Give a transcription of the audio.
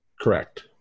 Correct